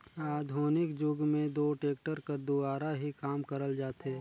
आधुनिक जुग मे दो टेक्टर कर दुवारा ही काम करल जाथे